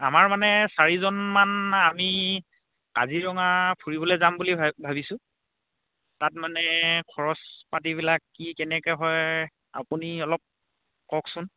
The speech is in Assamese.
আমাৰ মানে চাৰিজনমান আমি কাজিৰঙা ফুৰিবলৈ যাম বুলি ভা ভাবিছোঁ তাত মানে খৰচ পাতিবিলাক কি কেনেকৈ হয় আপুনি অলপ কওকচোন